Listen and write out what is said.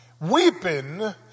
Weeping